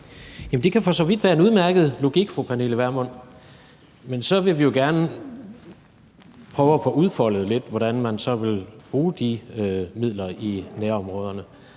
det kan for så vidt være en udmærket logik, fru Pernille Vermund. Men så vil vi jo gerne prøve at få udfoldet lidt, hvordan man så vil bruge de midler i nærområderne.